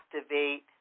activate